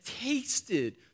tasted